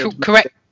Correct